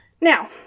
Now